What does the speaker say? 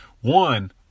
one